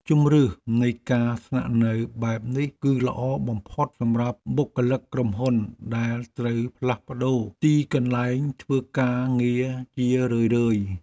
ជម្រើសនៃការស្នាក់នៅបែបនេះគឺល្អបំផុតសម្រាប់បុគ្គលិកក្រុមហ៊ុនដែលត្រូវផ្លាស់ប្ដូរទីកន្លែងធ្វើការងារជារឿយៗ។